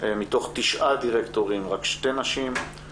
מתוך תשעה דירקטורים, רק שתי נשים.